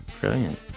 Brilliant